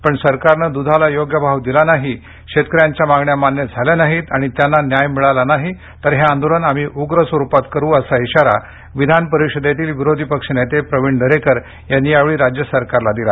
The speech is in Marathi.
पण सरकारनं दुधाला योग्य भाव दिला नाही शेतकऱ्यांच्या मागण्या मान्य झाल्या नाहीत आणि त्यांना न्याय मिळाला नाही तर हे आंदोलन आम्ही उग्र स्वरुपात करू असा इशारा विधानपरिषदेतले विरोधी पक्षनेते प्रविण दरेकर यांनी यावेळी राज्य सरकारला दिला